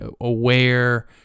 aware